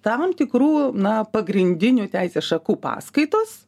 tam tikrų na pagrindinių teisės šakų paskaitos